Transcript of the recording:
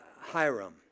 Hiram